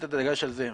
את הדגש על זה.